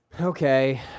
Okay